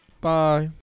Bye